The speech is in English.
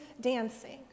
dancing